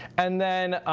and then